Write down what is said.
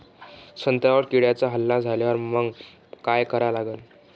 संत्र्यावर किड्यांचा हल्ला झाल्यावर मंग काय करा लागन?